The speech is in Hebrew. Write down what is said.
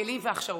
בכלים ובהכשרות.